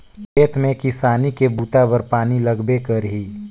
खेत में किसानी के बूता बर पानी लगबे करही